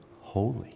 Holy